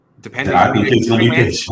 depending